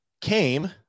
came